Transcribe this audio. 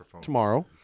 tomorrow